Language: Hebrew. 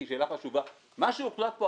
כי היא שאלה חשובה מה שהוחלט פה,